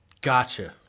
gotcha